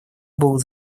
был